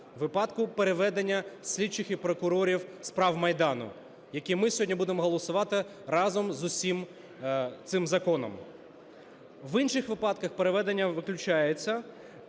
– випадку переведення слідчих і прокурорів справ Майдану, які ми сьогодні будемо голосувати разом з усім цим законом. В інших випадках переведення виключається.